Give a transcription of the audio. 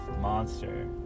monster